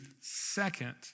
Second